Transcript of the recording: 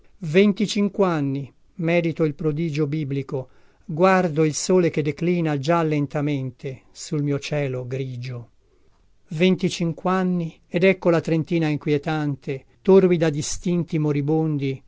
rima venticinquanni medito il prodigio biblico guardo il sole che declina già lentamente sul mio cielo grigio venticinquanni ed ecco la trentina inquietante torbida distinti moribondi